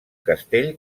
castell